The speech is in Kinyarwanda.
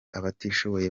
abatishoboye